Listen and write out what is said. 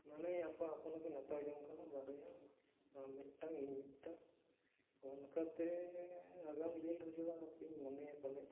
ᱢᱟᱱᱮ ᱟᱯᱟᱼᱦᱚᱯᱚᱱ ᱠᱤᱱ ᱦᱟᱛᱟᱣ ᱡᱚᱝ ᱠᱟᱱᱟ ᱵᱟᱨᱭᱟ ᱟᱢ ᱢᱤᱫᱴᱟᱝ ᱤᱧ ᱢᱤᱫᱴᱟᱝ ᱚᱱᱠᱟᱛᱮ ᱟᱜᱟᱢ ᱫᱤᱱ ᱨᱮᱫᱚ ᱦᱟᱯᱮᱧ ᱢᱚᱱᱮᱭᱟ ᱯᱟᱞᱮᱫ